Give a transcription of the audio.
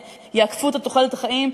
עקפו את תוחלת החיים,